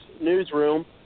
newsroom